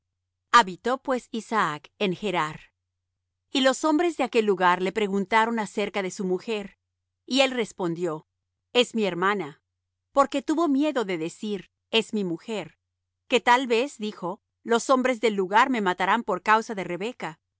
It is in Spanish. habitó pues isaac en gerar y los hombres de aquel lugar le preguntaron acerca de su mujer y él respondió es mi hermana porque tuvo miedo de decir es mi mujer que tal vez dijo los hombres del lugar me matarían por causa de rebeca